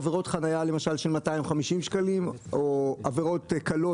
עבירות חנייה של 250 שקלים או עבירות קלות